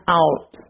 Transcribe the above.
out